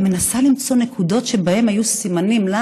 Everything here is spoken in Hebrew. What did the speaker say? אני מנסה למצוא נקודות שבהן היו סימנים לנו,